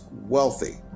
wealthy